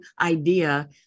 idea